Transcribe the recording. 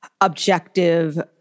objective